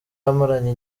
amaranye